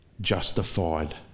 justified